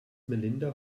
melinda